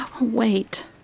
Wait